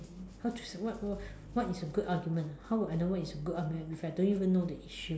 how to what what is a good argument how would I know what is a good argument if I don't even know the issue